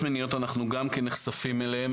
אנחנו נחשפים גם להטרדות מיניות.